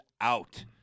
out